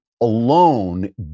alone